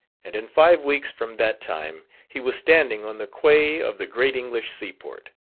and in five weeks from that time he was standing on the quay of the great english seaport.